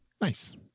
Nice